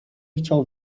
chciał